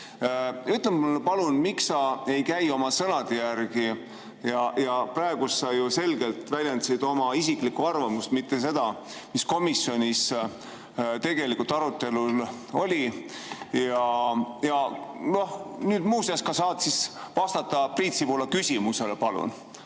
Ütle mulle palun, miks sa ei käi oma sõnade järgi. Praegu sa ju selgelt väljendasid oma isiklikku arvamust, mitte seda, mis komisjonis tegelikult arutelul oli. Ja nüüd sa muuseas saad vastata Priit Sibula küsimusele, kust